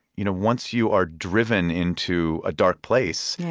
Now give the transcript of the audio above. you know once you are driven into a dark place,